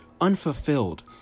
unfulfilled